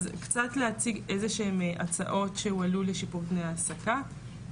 אז קצת להציג אילו שהן הצעות שהועלו לשיפור תנאי העסקה.